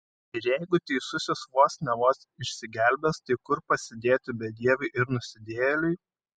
ir jeigu teisusis vos ne vos išsigelbės tai kur pasidėti bedieviui ir nusidėjėliui